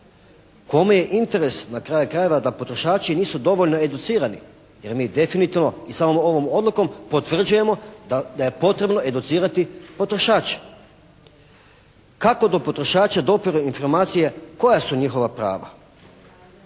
Kome je interes na kraju krajeva da potrošači nisu dovoljno educirani jer mi definitivno samom ovom odlukom potvrđujemo da je potrebno educirati potrošače. Kako do potrošača dopiru informacije, koja su njihova prava?